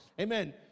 Amen